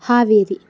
Haveri